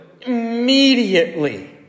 immediately